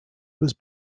was